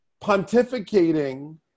pontificating